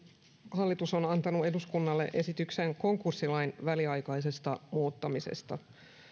hallitus on antanut eduskunnalle esityksen konkurssilain väliaikaisesta muuttamisesta